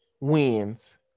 wins